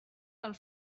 del